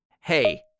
Hey